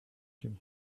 him